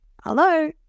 hello